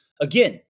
again